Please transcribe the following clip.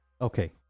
Okay